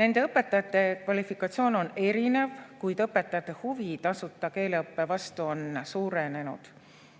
Nende õpetajate kvalifikatsioon on erinev, kuid õpetajate huvi tasuta keeleõppe vastu on suurenenud.